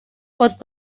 pot